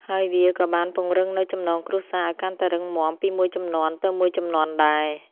ហើយវាក៏បានពង្រឹងនូវ ចំណងគ្រួសារ ឲ្យកាន់តែរឹងមាំពីមួយជំនាន់ទៅមួយជំនាន់ដែរ។